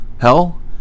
Hell